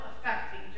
affecting